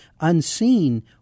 unseen